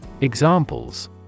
Examples